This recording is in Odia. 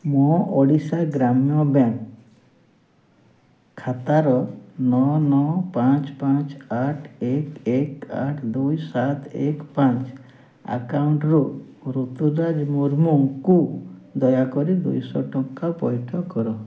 ମୋ ଓଡ଼ିଶା ଗ୍ରାମ୍ୟ ବ୍ୟାଙ୍କ୍ ଖାତାର ନଅ ନଅ ପାଞ୍ଚ ପାଞ୍ଚ ଆଠ ଏକ ଏକ ଆଠ ଦୁଇ ସାତ ଏକ ପାଞ୍ଚ ଆକାଉଣ୍ଟରୁ ରୁତୁରାଜ ମୁର୍ମୁକୁ ଦୟାକରି ଦୁଇଶହ ଟଙ୍କା ପଇଠ କର